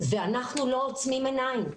ואנחנו לא עוצמים עיניים.